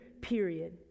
period